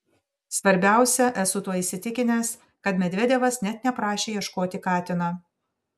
svarbiausia esu tuo įsitikinęs kad medvedevas net neprašė ieškoti katino